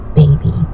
baby